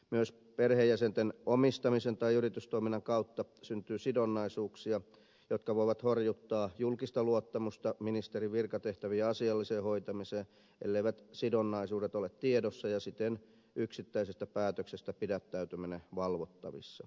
myös perheenjäsenten omistamisen tai yritystoiminnan kautta syntyy sidonnaisuuksia jotka voivat horjuttaa julkista luottamusta ministerin virkatehtävien asialliseen hoitamiseen elleivät sidonnaisuudet ole tiedossa ja siten yksittäisestä päätöksestä pidättäytyminen valvottavissa